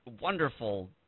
wonderful